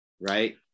right